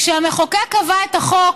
כשהמחוקק קבע את החוק